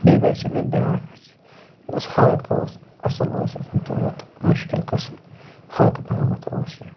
بیٚیہِ باسیو مےٚ اَتھ بیٛاکھ اَتھ یہِ اوس ہَلکہٕ اوس اَصٕل اوس یہِ اوس نہٕ تیوٗت مُشکل قٕصّہٕ ہلکہٕ پہمَتھ اوس یہِ